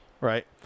Right